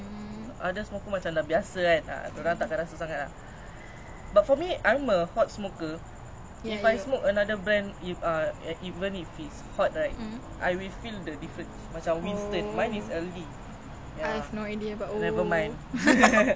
but you know one brand like gudang garam that [one] like gold mine cause I don't know how my friends got it but they like bawa ke sekolah and then they spread ah ya like I don't know how they supply dapat like that day budak ni bawa tu macam